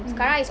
mmhmm